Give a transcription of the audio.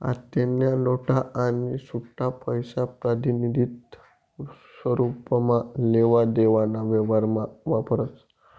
आत्तेन्या नोटा आणि सुट्टापैसा प्रातिनिधिक स्वरुपमा लेवा देवाना व्यवहारमा वापरतस